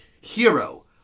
Hero